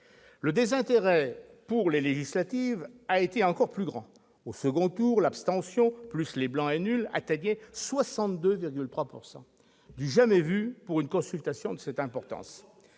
Le désintérêt pour les législatives a été encore plus grand : au second tour, l'abstention, plus les blancs et nuls, atteignaient 62,3 % du jamais vu pour une consultation de cette importance.